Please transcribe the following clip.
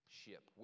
ship